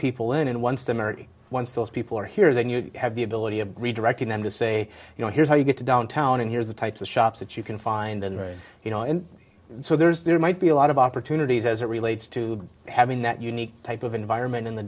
people in and once they marry once those people are here then you have the ability of redirecting them to say you know here's how you get to downtown and here's the types of shops that you can find the right you know and so there is there might be a lot of opportunities as it relates to having that unique type of environment in the